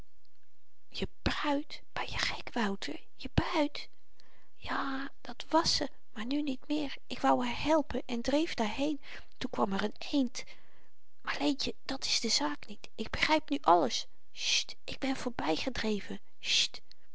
je bruid benje gek wouter je bruid ja dat wàs ze maar nu niet meer ik wou haar helpen en dreef daarheen toen kwam er n eend maar leentje dat is de zaak niet ik begryp nu alles sjt ik ben